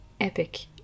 epic